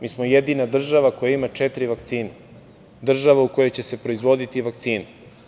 Mi smo jedina država koja ima četiri vakcine, država u kojoj će se proizvoditi vakcine.